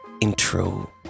intro